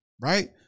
Right